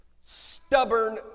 stubborn